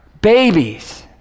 babies